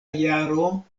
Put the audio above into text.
jaro